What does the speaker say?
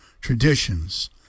traditions